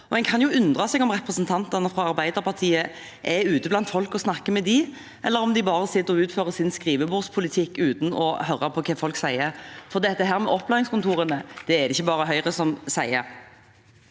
En kan undre seg over om representantene fra Arbeiderpartiet er ute blant folk og snakker med dem, eller om de bare sitter og utfører sin skrivebordspolitikk uten å høre på hva folk sier, for det med opplæringskontorene er det ikke bare Høyre som sier.